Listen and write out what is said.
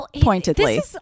pointedly